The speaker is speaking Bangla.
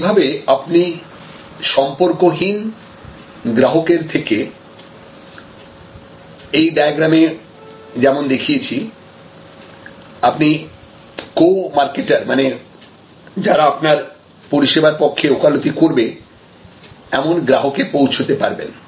এইভাবে আপনি সম্পর্কহীন গ্রাহকের থেকে এই ডায়াগ্রামে যেমন দেখিয়েছি আপনি কো মার্কেটার মানে যারা আপনার পরিষেবার পক্ষে ওকালতি করবে এমন গ্রাহকে পৌঁছতে পারবেন